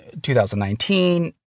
2019